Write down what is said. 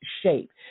shape